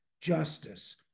justice